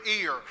ear